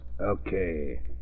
Okay